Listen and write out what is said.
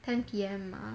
ten P_M